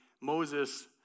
Moses